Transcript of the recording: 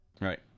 right